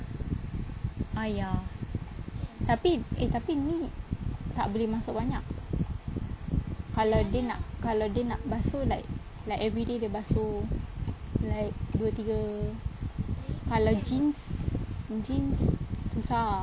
ah ya tapi eh tapi ni tak boleh masuk banyak kalau dia nak kalau dia nak basuh like like everyday dia basuh like dua tiga kalau jeans jeans susah ah